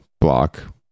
block